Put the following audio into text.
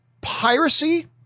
Piracy